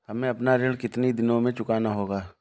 हमें अपना ऋण कितनी दिनों में चुकाना होगा?